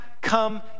come